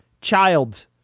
child